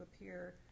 appear